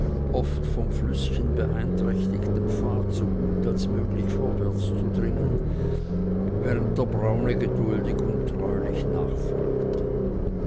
oft vom flüßchen beeinträchtigten pfade so gut als möglich vorwärtszudringen während der braune geduldig und treulich nachfolgte